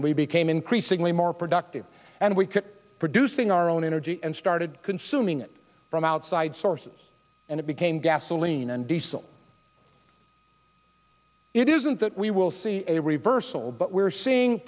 and we became increasingly more productive and we could producing our own energy and started consuming it from outside sources and it became gasoline and diesel it isn't that we will see a reversal but we are seeing